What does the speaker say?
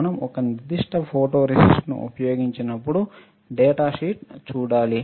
మనం ఒక నిర్దిష్ట ఫోటోరేసిస్ట్ను ఉపయోగించినప్పుడు డేటాషీట్ చూడాలి